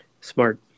Smart